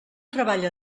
treballa